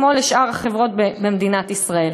כמו לשאר החברות במדינת ישראל.